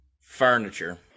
Furniture